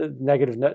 negative